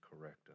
correct